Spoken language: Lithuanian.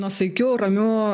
nuosaikiu ramiu